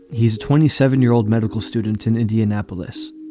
he's a twenty seven year old medical student in indianapolis.